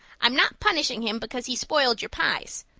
i'm not punishing him because he spoiled your pies.